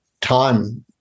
time